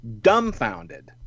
dumbfounded